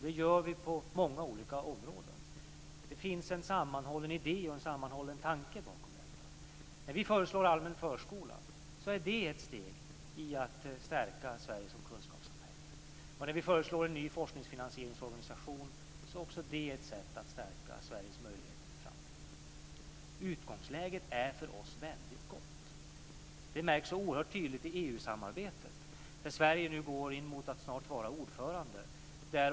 Det gör vi på många olika områden. Det finns en sammanhållen idé och en sammanhållen tanke bakom detta. När vi föreslår allmän förskola är det ett steg i att stärka Sverige som kunskapssamhälle. När vi föreslår en ny forskningsfinansieringsorganisation är också det ett sätt att stärka Sveriges möjligheter för framtiden. Utgångsläget är för oss väldigt gott. Det märks oerhört tydligt i EU-samarbetet. Sverige går nu mot att snart vara ordförande.